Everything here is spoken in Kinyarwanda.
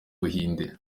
buhinde